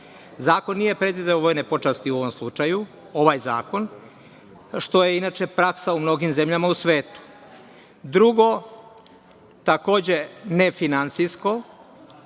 nije predvideo vojne počasti u ovom slučaju, ovaj zakon, što je inače praksa u mnogim zemljama u svetu. Drugo, takođe nefinansijsko